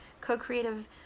co-creative